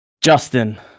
Justin